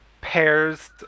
pairs